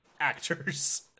actors